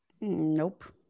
Nope